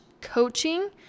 coaching